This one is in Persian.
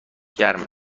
گرم